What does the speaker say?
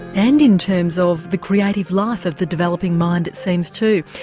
and in terms of the creative life of the developing mind it seems too.